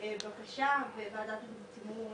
באמת על מנת לאפשר הסתגלות,